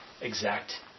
exact